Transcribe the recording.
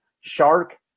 shark